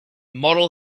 model